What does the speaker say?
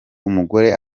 umugore